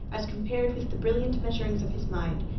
as compared with the brilliant measurings of his mind,